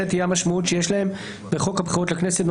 תהיה המשמעות שיש להם בחוק הבחירות לכנסת ,